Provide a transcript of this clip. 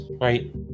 right